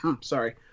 Sorry